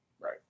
Right